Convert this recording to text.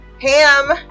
ham